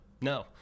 No